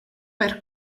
per